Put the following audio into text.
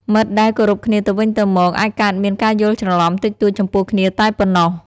មិត្តដែលគោរពគ្នាទៅវិញទៅមកអាចកើតមានការយល់ច្រឡំតិចតួចចំពោះគ្នាតែប៉ុណ្ណោះ។